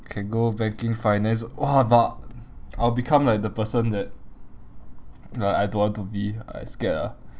can go banking finance !wah! but I will become like the person that like I don't want to be I scared ah